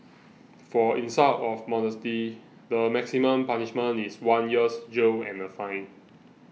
for insult of modesty the maximum punishment is one year's jail and a fine